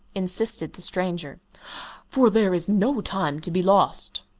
insisted the stranger for there is no time to be lost.